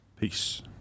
Peace